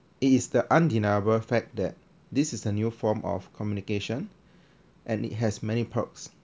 it is the undeniable fact that this is a new form of communication and it has many perks